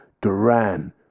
Duran